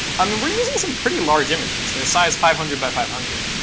i mean we're using some pretty large images. they're sized five hundred by five hundred.